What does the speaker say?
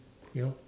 you know